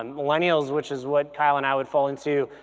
um millennials, which is what kyle and i would fall into,